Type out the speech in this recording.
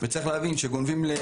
צריך להבין שלדבוראי